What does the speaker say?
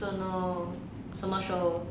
don't know 什么 show